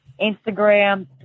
Instagram